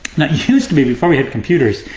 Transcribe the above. now it used to be, before we had computers,